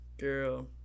girl